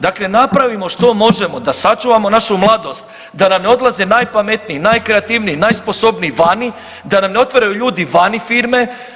Dakle napravimo što možemo da sačuvamo našu mladost da nam ne odlaze najpametniji, najkreativniji, najsposobniji vani, da nam ne otvaraju ljudi vani firme.